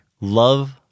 love